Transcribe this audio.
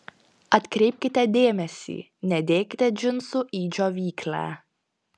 atkreipkite dėmesį nedėkite džinsų į džiovyklę